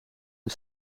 een